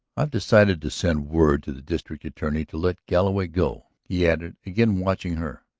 i have decided to send word to the district attorney to let galloway go, he added, again watching her.